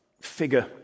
figure